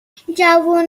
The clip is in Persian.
جوونای